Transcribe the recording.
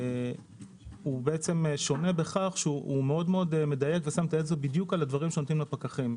הוא שונה בכך שהוא מאוד מדייק את הדברים שנותנים לפקחים.